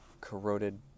Corroded